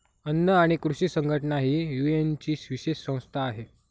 अन्न आणि कृषी संघटना ही युएनची विशेष संस्था आहे